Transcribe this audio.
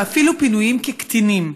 ואפילו פינויים של קטינים.